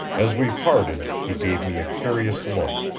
as we parted he gave me a curious look.